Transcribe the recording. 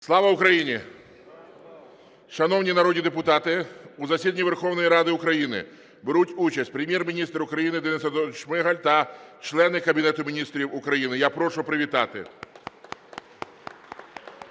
Слава Україні! Шановні народні депутати, у засіданні Верховної Ради України беруть участь Прем'єр-міністр України Денис Анатолійович Шмигаль та члени Кабінету Міністрів України. Я прошу привітати. (Оплески)